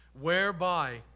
whereby